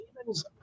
demons